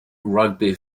rugby